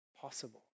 possible